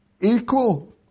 equal